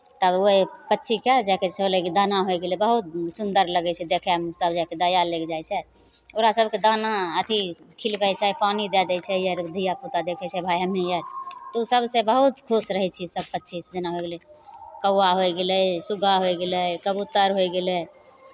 तब ओहि पक्षीके जाय करि कऽ दाना होय गेलै बहुत सुन्दर लगै छै देखयमे सभ जाय कऽ दया लागि जाइ छै ओकरा सभकेँ दाना अथि खिलबै छै पानी दए दै छै जब धियापुता देखै छै भाय हमहीँ यए तऽ ओ सभसँ बहुत खुश रहै छियै सभ पक्षी जेना हो गेलै कौवा होय गेलै सुग्गा होय गेलै कबूतर होय गेलै